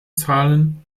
zahlen